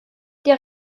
der